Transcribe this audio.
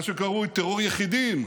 מה שקרוי טרור יחידים,